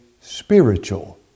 spiritual